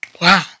Wow